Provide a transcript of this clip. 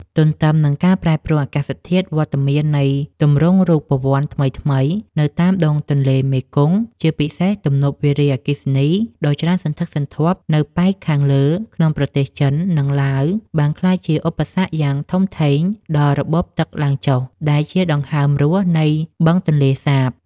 ទន្ទឹមនឹងការប្រែប្រួលអាកាសធាតុ វត្តមាននៃទម្រង់រូបវន្តថ្មីៗនៅតាមដងទន្លេមេគង្គ ជាពិសេសទំនប់វារីអគ្គិសនីដ៏ច្រើនសន្ធឹកសន្ធាប់នៅប៉ែកខាងលើក្នុងប្រទេសចិន និងឡាវ បានក្លាយជាឧបសគ្គយ៉ាងធំធេងដល់ របបទឹកឡើង-ចុះ ដែលជាដង្ហើមរស់នៃបឹងទន្លេសាប។